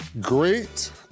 Great